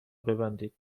ببندید